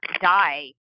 die